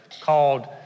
called